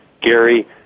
Gary